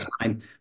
time